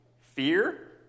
fear